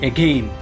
Again